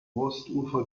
ostufer